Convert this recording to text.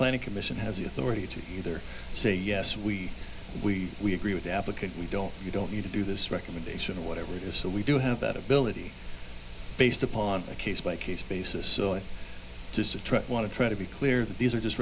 planning commission has the authority to either say yes we we we agree with the applicant we don't you don't need to do this recommendation or whatever it is so we do have that ability based upon a case by case basis so i just want to try to be clear that these are just